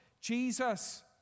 Jesus